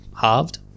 halved